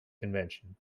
convention